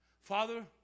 Father